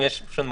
נוספות.